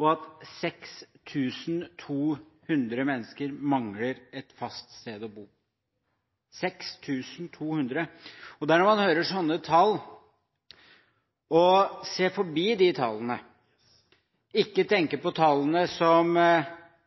at 6 200 mennesker mangler et fast sted å bo – 6 200. Det er når man hører sånne tall og ser forbi de tallene, ikke tenker på tallene som